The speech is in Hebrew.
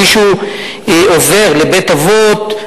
אם מישהו עובר לבית-אבות,